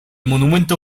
monumento